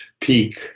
peak